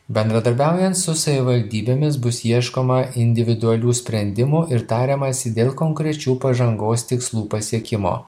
bendradarbiaujant su savivaldybėmis bus ieškoma individualių sprendimų ir tariamasi dėl konkrečių pažangos tikslų pasiekimo